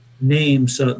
Names